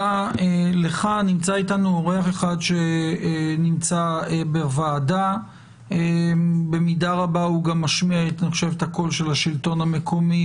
נמצא איתנו אורח בחדר הוועדה שמשמיע את קול השלטון המקומי